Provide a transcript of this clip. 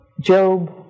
Job